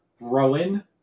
Rowan